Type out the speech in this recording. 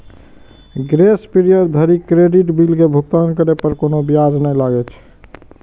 grace period धरि credit bill के भुगतान करै पर कोनो ब्याज नै लागै छै